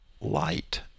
light